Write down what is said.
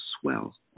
swell